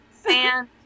sand